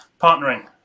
partnering